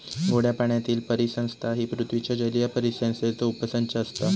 गोड्या पाण्यातीली परिसंस्था ही पृथ्वीच्या जलीय परिसंस्थेचो उपसंच असता